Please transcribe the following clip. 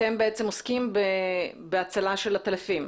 אתם עוסקים בהצלה של עטלפים?